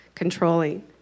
Controlling